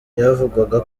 byavugwaga